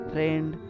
friend